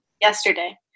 Yesterday